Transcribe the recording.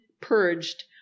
purged